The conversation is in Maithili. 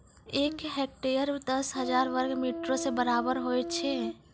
एक हेक्टेयर, दस हजार वर्ग मीटरो के बराबर होय छै